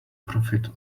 profit